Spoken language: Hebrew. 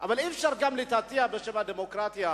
אבל אי-אפשר גם לתעתע בשם הדמוקרטיה,